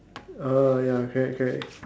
orh ya correct correct